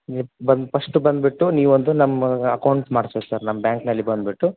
ನಿ ಬನ್ ಪಸ್ಟು ಬನ್ಬಿಟ್ಟು ನೀವು ಒಂದು ನಮ್ಮ ಅಕೌಂಟ್ ಮಾಡಸ್ಬೇಕು ಸರ್ ನಮ್ಮ ಬ್ಯಾಂಕ್ನಲ್ಲಿ ಬನ್ಬಿಟ್ಟು